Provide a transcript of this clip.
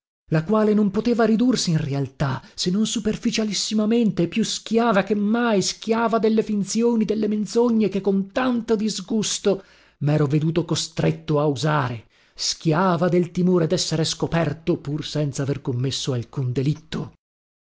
la quale non poteva ridursi in realtà se non superficialissimamente e più schiava che mai schiava delle finzioni delle menzogne che con tanto disgusto mero veduto costretto a usare schiava del timore dessere scoperto pur senza aver commesso alcun delitto